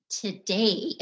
today